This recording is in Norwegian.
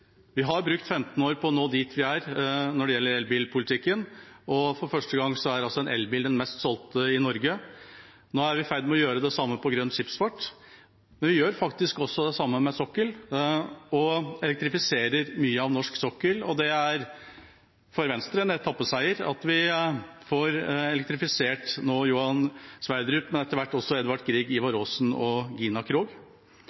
Vi har brukt 15 år på å nå dit vi er kommet når det gjelder elbilpolitikken, og for første gang er en elbil den mest solgte i Norge. Nå er vi i ferd med å gjøre det samme innen grønn skipsfart. Men vi gjør faktisk også det samme med sokkelen – vi elektrifiserer mye av norsk sokkel. Det er for Venstre en etappeseier at vi nå får elektrifisert Johan Sverdrup-feltet, men etter hvert også